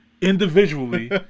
Individually